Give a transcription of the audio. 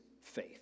faith